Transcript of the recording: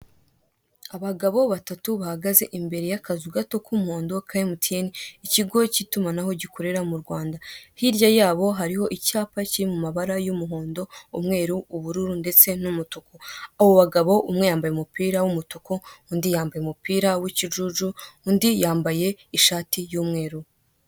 Abagabo batatu bahagaze imbere y'akazu gatoya k'umuhondo ka emutiyene, ikigo cy'itumanaho gikorera mu Rwanda. Hirya yabo hariho icyapa cyiri mu mabara y'umuhondo, umweru, ubururu ndetse n'umutuku. Abo bagabo umwe yambaye umupira w'umutuku, undi yambaye umupira w'ikijuju, undi yambaye ishati y'umweru.